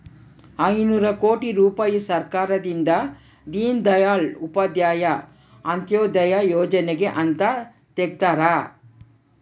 ಐನೂರ ಕೋಟಿ ರುಪಾಯಿ ಸರ್ಕಾರದಿಂದ ದೀನ್ ದಯಾಳ್ ಉಪಾಧ್ಯಾಯ ಅಂತ್ಯೋದಯ ಯೋಜನೆಗೆ ಅಂತ ತೆಗ್ದಾರ